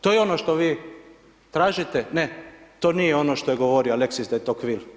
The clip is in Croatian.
To je ono što vi tražite, ne to nije ono što je govorio Aleksis Detokvil.